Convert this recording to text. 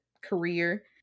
career